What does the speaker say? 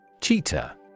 Cheetah